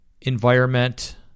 environment